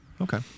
Okay